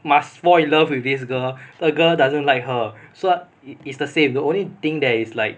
must fall in love with this girl the girl doesn't like her so it's the same the only thing that's like